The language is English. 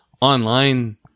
online